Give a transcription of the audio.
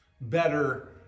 better